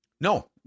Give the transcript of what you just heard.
No